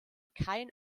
kein